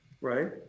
right